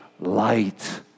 light